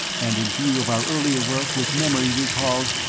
and in view of our earlier work with memory-recalls,